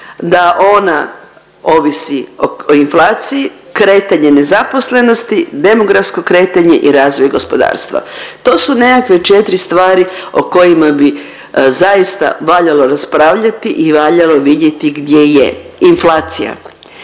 da ona ovisi o inflaciji, kretanje nezaposlenosti, demografsko kretanje i razvoj gospodarstva. To su nekakve četiri stvari o kojima bi zaista valjalo raspravljati i valjalo vidjeti gdje je inflacija,